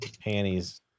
panties